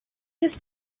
his